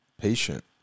patient